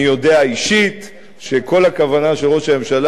אני יודע אישית שכל הכוונה של ראש הממשלה